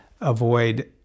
Avoid